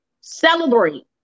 Celebrate